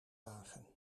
wagen